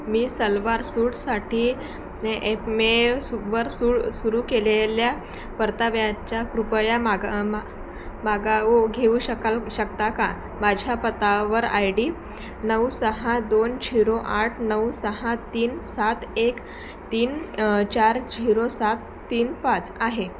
मी सलवार सूटसाठी एपमेसवर सू सुरू केलेल्या परताव्याच्या कृपया माग मा मागोवा घेऊ शकाल शकता का माझ्या पतावर आय डी नऊ सहा दोन झिरो आठ नऊ सहा तीन सात एक तीन चार झिरो सात तीन पाच आहे